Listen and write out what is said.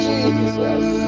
Jesus